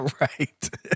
Right